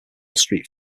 street